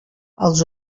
els